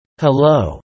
Hello